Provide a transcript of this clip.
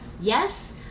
yes